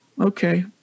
okay